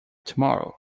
tomorrow